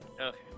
Okay